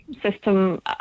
system